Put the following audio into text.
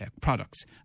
products